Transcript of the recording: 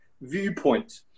viewpoint